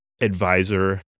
advisor